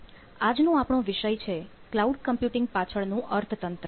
આજનો આપણો વિષય છે ક્લાઉડ કમ્પ્યુટિંગ પાછળનું અર્થતંત્ર